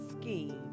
scheme